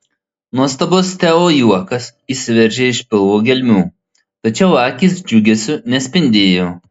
nuostabus teo juokas išsiveržė iš pilvo gelmių tačiau akys džiugesiu nespindėjo